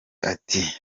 ati